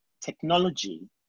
technology